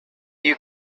you